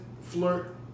flirt